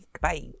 bye